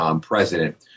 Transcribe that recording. president